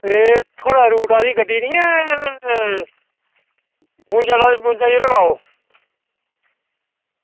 एह् थुआढ़े रूट आह्ली गड्डी निं ऐ बुंजा जीरो नौ